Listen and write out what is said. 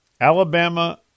Alabama